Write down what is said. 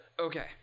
Okay